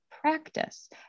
practice